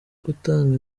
gutanga